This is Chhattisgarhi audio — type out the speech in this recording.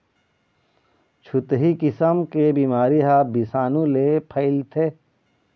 छुतही किसम के बिमारी ह बिसानु ले फइलथे